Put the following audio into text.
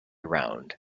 round